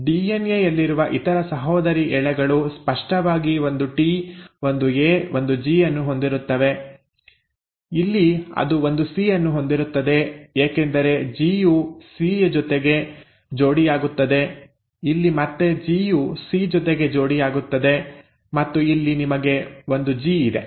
DNA ಯಲ್ಲಿರುವ ಇತರ ಸಹೋದರಿ ಎಳೆಗಳು ಸ್ಪಷ್ಟವಾಗಿ ಒಂದು ಟಿ ಒಂದು ಎ ಒಂದು ಜಿ ಅನ್ನು ಹೊಂದಿರುತ್ತವೆ ಇಲ್ಲಿ ಅದು ಒಂದು ಸಿ ಅನ್ನು ಹೊಂದಿರುತ್ತದೆ ಏಕೆಂದರೆ ಜಿ ಯು ಸಿ ಜೊತೆ ಜೋಡಿಯಾಗುತ್ತದೆ ಇಲ್ಲಿ ಮತ್ತೆ ಜಿ ಯು ಸಿ ಜೊತೆ ಜೋಡಿಯಾಗುತ್ತದೆ ಮತ್ತು ಇಲ್ಲಿ ನಿಮಗೆ ಒಂದು ಜಿ ಇದೆ